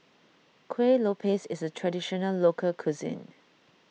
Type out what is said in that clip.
Kueh Lopes is a Traditional Local Cuisine